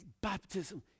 baptism